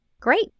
Great